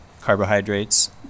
carbohydrates